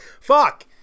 fuck